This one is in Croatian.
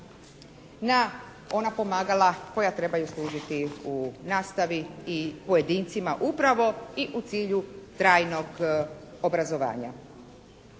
na ona pomagala koja trebaju služiti u nastavi i pojedincima upravo i u cilju trajnog obrazovanja.